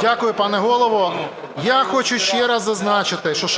Дякую, пане Голово. Я хочу ще раз зазначити, що